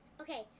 Okay